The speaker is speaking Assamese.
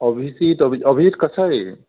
অভিজিত অভি অভিজিত কছাৰী